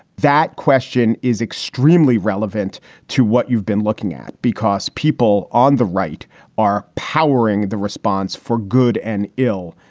that question is extremely relevant to what you've been looking at. because people on the right are powering the response for good and ill.